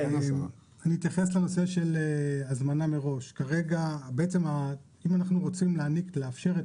אני אתייחס לנושא של הזמנה מראש אם אנחנו רוצים לאפשר את